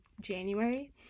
January